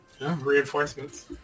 Reinforcements